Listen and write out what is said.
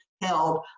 held